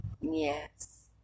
Yes